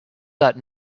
that